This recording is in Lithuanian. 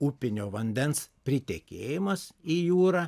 upinio vandens pritekėjimas į jūrą